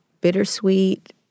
bittersweet